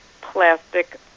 plastic